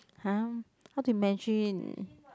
!huh! how to imagine